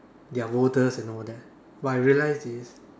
their voters and all that but I realize is